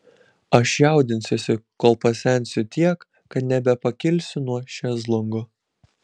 aš jaudinsiuosi kol pasensiu tiek kad nebepakilsiu nuo šezlongo